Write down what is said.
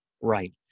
Right